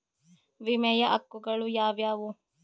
ವಿಮೆಯ ಹಕ್ಕುಗಳು ಯಾವ್ಯಾವು?